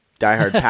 diehard